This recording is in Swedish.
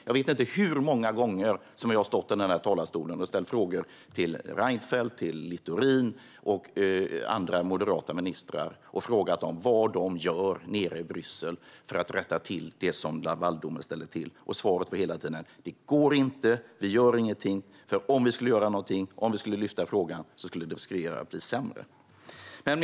Jag vet inte hur många gånger jag har stått i denna talarstol och ställt frågor till Reinfeldt, Littorin och andra moderata ministrar om vad de gjorde nere i Bryssel för att rätta till det som Lavaldomen ställt till. Svaret blev hela tiden: Det går inte. Vi gör ingenting, för om vi skulle göra något eller lyfta upp frågan riskerar det att bli sämre. Fru talman!